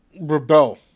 rebel